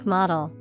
Model